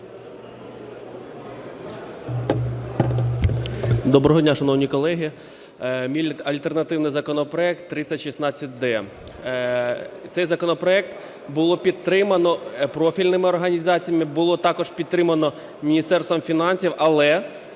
Доброго дня, шановні колеги! Мій альтернативний законопроект 3016-д. Цей законопроект було підтримано профільними організаціями, було також підтримано Міністерством фінансів, але